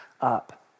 up